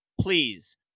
Please